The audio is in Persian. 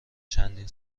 چندین